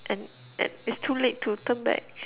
and and it's too late to turn back